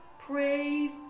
praise